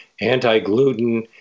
anti-gluten